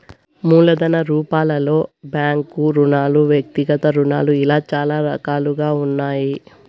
మూలధన రూపాలలో బ్యాంకు రుణాలు వ్యక్తిగత రుణాలు ఇలా చాలా రకాలుగా ఉన్నాయి